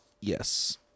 Yes